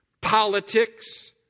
politics